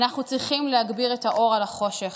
אנחנו צריכים להגביר את האור על החושך.